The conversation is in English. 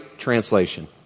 translation